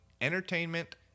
entertainment